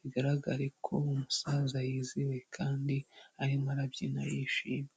bigaragare ko umusaza yizihiwe kandi arimo arabyina yishimye.